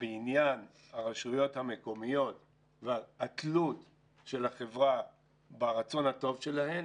בעניין הרשויות המקומיות והתלות של החברה ברצון הטוב שלהן,